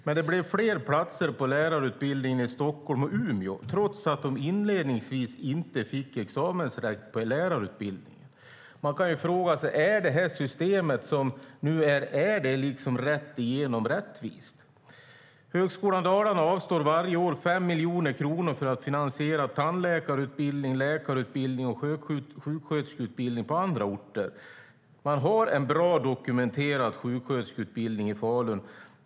Det blev däremot fler platser på lärarutbildningen i Stockholm och Umeå, trots att man där inledningsvis inte fick examensrätt på lärarutbildningen. Man kan fråga sig: Är detta system verkligen rättvist? Högskolan Dalarna avstår varje år 5 miljoner kronor för att finansiera tandläkarutbildning, läkarutbildning och sjuksköterskeutbildning på andra orter. Man har en dokumenterat bra sjuksköterskeutbildning i Falun.